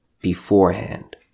beforehand